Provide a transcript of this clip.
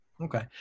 Okay